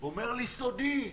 והוא אומר לי: סודי.